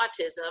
Autism